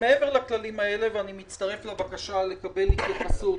מעבר לכללים האלה, ואני מצטרף לבקשה לקבל התייחסות